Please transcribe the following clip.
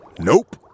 Nope